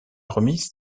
remise